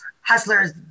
Hustler's